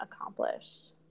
accomplished